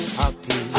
happy